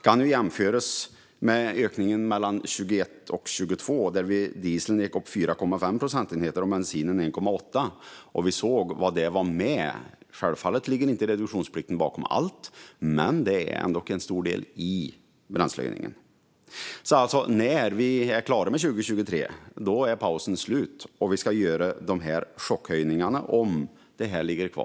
Det kan jämföras med ökningen mellan 2021 och 2022, då dieseln gick upp 4,5 procentenheter och bensinen 1,8. Självklart ligger inte reduktionsplikten bakom allt, men den är en stor del i bränslehöjningen. När vi är klara med 2023 är pausen alltså slut, och om detta ligger kvar ska vi göra dessa chockhöjningar då.